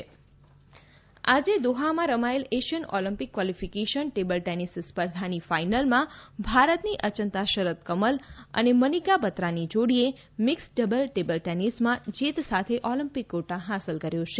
table tennis આજે દોહામાં રમાયેલી Asian Olympic qualification table tennis સ્પર્ધાની ફાઇનલમાં ભારતની અચંતા શરત કમલ અને મનિકા બત્રાની જોડીએ મીકસ્ડ ડબલ્સ ટેબલ ટેનિસમાં જીત સાથે ઓલિમ્પિક કોટા હાંસલ કર્યો છે